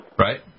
Right